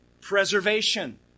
preservation